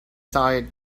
tired